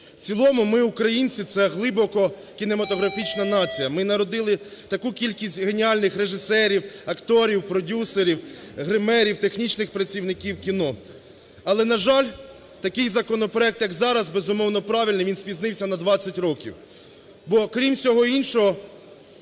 В цілому ми, українці, це – глибоко кінематографічна нація. Ми народили таку кількість геніальних режисерів, акторів, продюсерів, гримерів, технічних працівників кіно. Але, на жаль, такий законопроект, як зараз, безумовно, правильно, він спізнився на 20 років. Бо, окрім всього іншого,